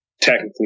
technically